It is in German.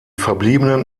verbliebenen